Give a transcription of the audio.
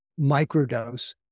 microdose